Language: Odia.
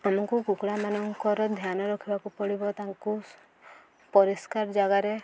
ଆମକୁ କୁକୁଡ଼ାମାନଙ୍କର ଧ୍ୟାନ ରଖିବାକୁ ପଡ଼ିବ ତାଙ୍କୁ ପରିଷ୍କାର ଜାଗାରେ